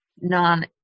non